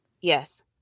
Yes